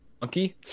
monkey